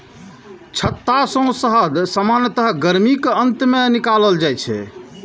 छत्ता सं शहद सामान्यतः गर्मीक अंत मे निकालल जाइ छै